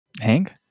Hank